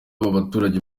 baturage